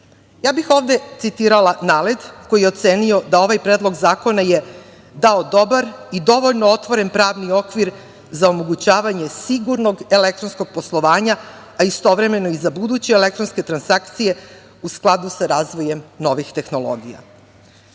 bih ovde citirala NALED, koji je ocenio da je ovaj predlog zakona, dao dobar i dovoljno otvoren pravni okvir, za omogućavanje sigurnog elektronskog poslovanja, a istovremeno i za buduće elektronske transakcije, u skladu sa razvojem novih tehnologija. Da